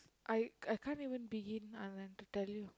I I can't even begin Anand to tell you